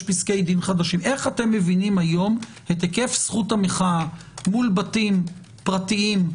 את היקף זכות המחאה מול בתים פרטיים?